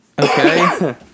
Okay